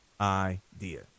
idea